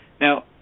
Now